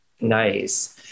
Nice